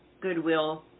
goodwill